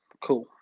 Cool